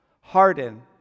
harden